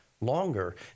longer